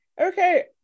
okay